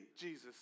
Jesus